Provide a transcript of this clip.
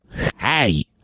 Hi